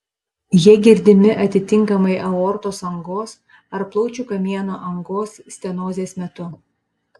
jie girdimi atitinkamai aortos angos ar plaučių kamieno angos stenozės metu